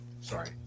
Sorry